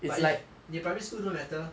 but if 你的 primary school don't matter